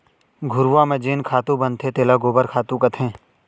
घुरूवा म जेन खातू बनथे तेला गोबर खातू कथें